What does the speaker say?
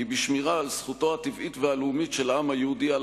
כי בשמירה על זכותו הטבעית והלאומית של העם היהודי על